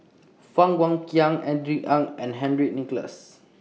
Fang Guixiang Andrew Ang and Henry Nicholas